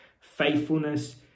faithfulness